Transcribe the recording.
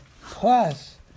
plus